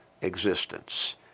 existence